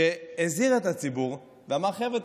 שהזהיר את הציבור ואמר: חבר'ה,